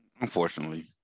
Unfortunately